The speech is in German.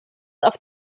auf